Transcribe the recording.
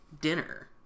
dinner